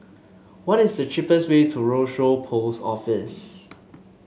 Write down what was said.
what is the cheapest way to Rochor Post Office